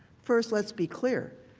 first let's be clear.